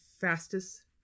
fastest